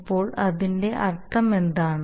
അപ്പോൾ അതിന്റെ അർത്ഥമെന്താണ്